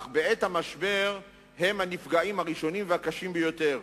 אך בעת המשבר הם הנפגעים הראשונים והקשים ביותר.